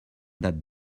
that